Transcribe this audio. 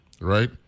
right